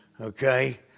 Okay